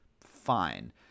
Fine